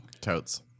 Totes